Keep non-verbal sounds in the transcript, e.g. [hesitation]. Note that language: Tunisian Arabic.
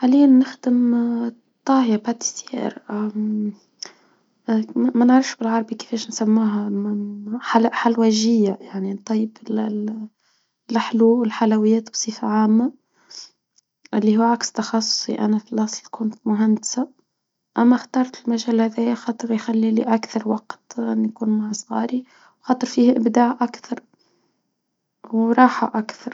حاليًا نختم طاهية مخبوزات [hesitation] ما نعرفش بالعربي كيفاش نسميوها [hesitation] حلوجية يعني، نطيب [hesitation] الحلو والحلويات بصفة عامة، اللي هو عكس تخصصي، أنا في الأصل كنت مهندسة، أما اخترت المجال هذايا، خاطر يخلي لي أكثر وقت نكون مع صغاري، خاطر فيه إبداع أكثر وراحة أكثر.